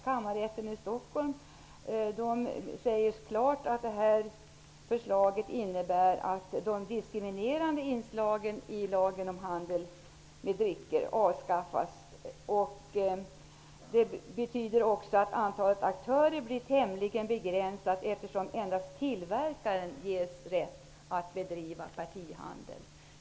Kammarrätten i Stockholm säger klart att framlagt förslag innebär att de diskriminerande inslagen i lagen om handel med drycker avskaffas. Det betyder också att antalet aktörer blir tämligen begränsat, eftersom endast tillverkaren ges rätt att bedriva partihandel.